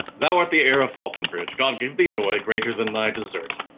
thou art the heir of falconbridge god give thee joy, greater than thy desert.